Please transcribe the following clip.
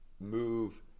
move